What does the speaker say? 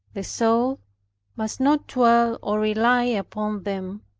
the soul must not dwell or rely upon them,